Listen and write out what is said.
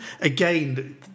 again